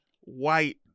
White